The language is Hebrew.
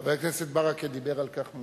חבר הכנסת ברכה דיבר על כך בנאומו.